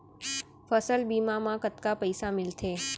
फसल बीमा म कतका पइसा मिलथे?